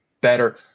better